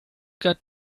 got